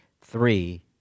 three